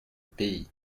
pays